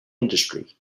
industry